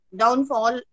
downfall